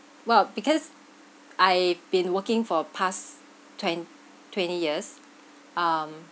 well because I've been working for past twen~ twenty years um